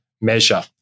measure